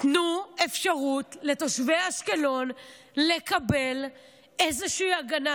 תנו אפשרות לתושבי אשקלון לקבל איזושהי הגנה,